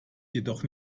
jedoch